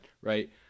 right